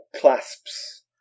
clasps